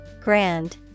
Grand